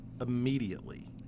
immediately